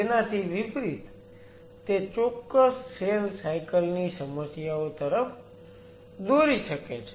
તેનાથી વિપરીત તે ચોક્કસ સેલ સાયકલ ની સમસ્યાઓ તરફ દોરી શકે છે